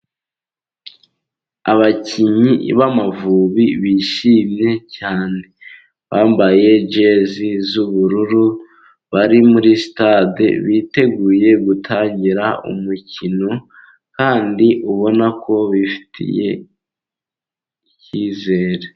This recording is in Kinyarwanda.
Abakinnyi b'amavubi bishimye cyane. Bambaye jezi z'ubururu, bari muri stade biteguye gutangira umukino, kandi ubona ko bifitiye icyizere